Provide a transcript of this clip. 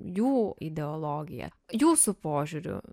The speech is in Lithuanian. jų ideologija jūsų požiūriu